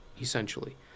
essentially